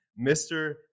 Mr